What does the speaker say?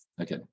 okay